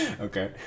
Okay